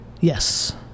Yes